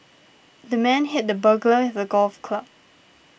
the man hit the burglar with a golf club